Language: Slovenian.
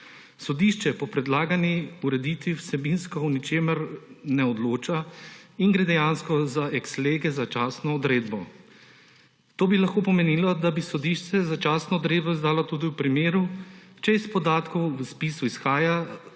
Sodišče po predlagani ureditvi vsebinsko o ničemer ne odloča in gre dejansko za ex lege začasno odredbo. To bi lahko pomenilo, da bi sodišče začasno odredbo izdalo tudi v primeru, če iz podatkov v spisu izhaja,